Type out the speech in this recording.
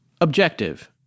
Objective